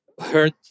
hurt